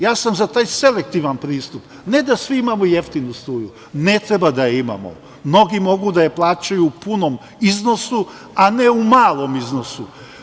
Ja sam za taj selektivan pristup, ne da svi imamo jeftinu struju, ne trebamo da imamo, mnogi mogu da je plaćaju u punom iznosu, a ne u malom iznosu.